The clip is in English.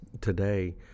today